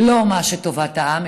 לא טובת העם,